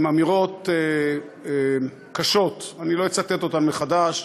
עם אמירות קשות, אני לא אצטט אותן מחדש,